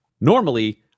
Normally